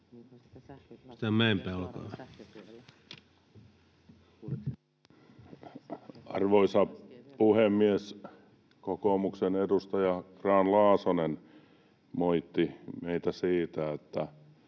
Arvoisa puhemies! Kokoomuksen edustaja Grahn-Laasonen moitti meitä siitä, että